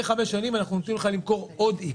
5 שנים אנחנו נותנים לך למכור עוד איקס,